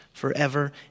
forever